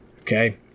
Okay